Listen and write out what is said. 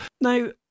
now